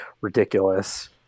ridiculous